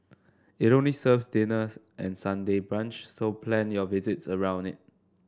it only serves dinner and Sunday brunch so plan your visit around it